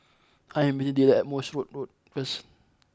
I am meeting Dillan at Morse Road Road first